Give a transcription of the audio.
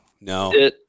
No